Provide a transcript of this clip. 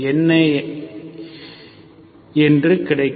என்ன என்று கிடைக்கும்